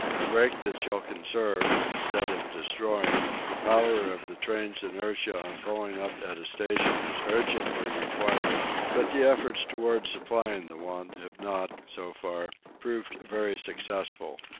a brake that shall conserve, instead of destroying, the power of the train's inertia on pulling up at a station is urgently required but the efforts towards supplying the want have not, so far, proved very successful.